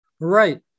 Right